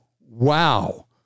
Wow